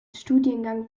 studiengang